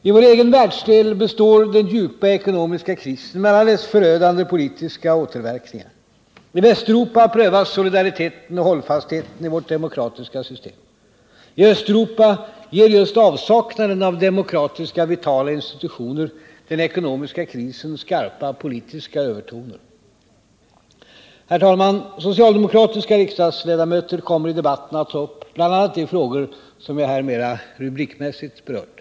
I vår egen världsdel består den djupa ekonomiska krisen med alla dess förödande politiska återverkningar. I Västeuropa prövas solidariteten och hållfastheten i vårt demokratiska system. I Östeuropa ger just avsaknaden av demokratiska, vitala institutioner den ekonomiska krisen skarpa politiska övertoner. Herr talman! Socialdemokratiska riksdagsledamöter kommer i debatten att ta upp bl.a. de frågor som jag här mera rubrikmässigt berört.